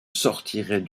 sortirait